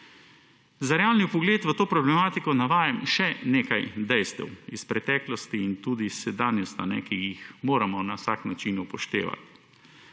Za realni vpogled v to problematiko navajam še nekaj dejstev iz preteklosti in tudi sedanjost, ki jih moramo na vsak način upoštevati.